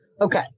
Okay